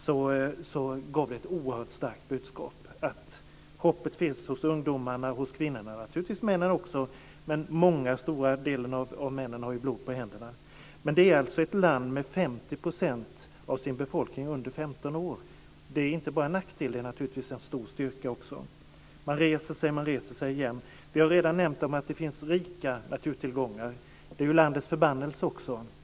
Det gav ett oerhört starkt budskap om att hoppet finns hos ungdomarna och kvinnorna och naturligtvis också hos männen, men den stora delen av männen har ju blod på händerna. Det är alltså ett land där 50 % av befolkningen är under 15 år. Det är inte bara en nackdel, det är naturligtvis en stor styrka också. Man reser sig, och man reser sig igen. Vi har redan nämnt att det finns rika naturtillgångar. Det är ju också landets förbannelse.